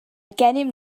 gennym